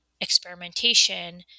experimentation